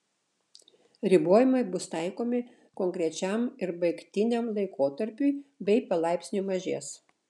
ribojimai bus taikomi konkrečiam ir baigtiniam laikotarpiui bei palaipsniui mažės